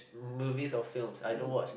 movie or film I don't watch